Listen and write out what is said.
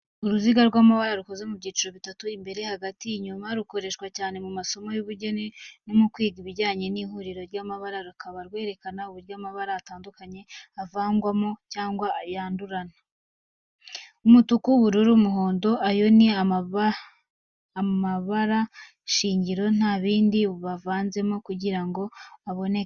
Uruziga rw’amabara rukoze mu byiciro bitatu imbere, hagati, inyuma, rukoreshwa cyane mu masomo y’ubugeni no mu kwiga ibijyanye n’ihuriro ry’amabara rukaba rwerekana uburyo amabara atandukanye avangwamo cyangwa yandurana. Umutuku ,ubururu, umuhondo ayo ni yo mabarwa shingiro nta bindi bavanzweho kugira ngo aboneke.